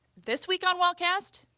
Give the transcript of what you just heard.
this week on wellcast,